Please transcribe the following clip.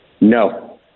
No